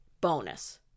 bonus